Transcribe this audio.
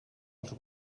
els